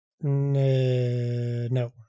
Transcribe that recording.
No